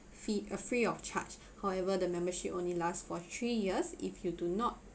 fee uh free of charge however the membership only last for three years if you do not